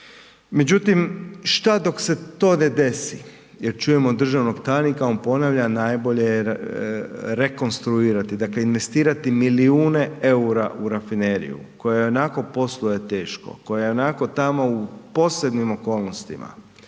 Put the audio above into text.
Međutim, šta dok se to ne desi, jer čujemo državnog tajnika, on ponavlja, najbolje je rekonstruirati, dakle investirati milijune eura u rafineriju koja ionako posluje teško, koja je ionako tamo u posebnim okolnostima,